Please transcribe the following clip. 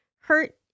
hurt